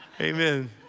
amen